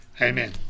Amen